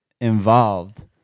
involved